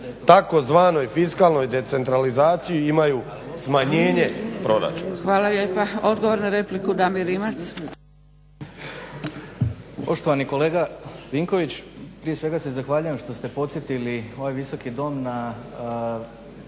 tzv. fiskalnoj decentralizaciji imaju smanjenje proračuna.